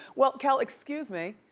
well kel, excuse me.